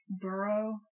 burrow